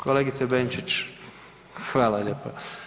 Kolegice Benčić hvala lijepa.